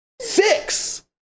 Six